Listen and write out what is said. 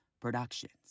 Productions